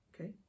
Okay